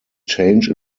change